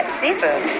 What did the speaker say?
seafood